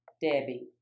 Debbie